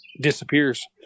disappears